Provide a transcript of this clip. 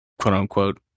quote-unquote